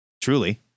Truly